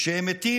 כשהם מתים,